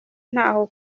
ntaho